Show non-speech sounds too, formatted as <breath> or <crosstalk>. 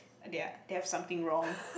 their they have something wrong <breath>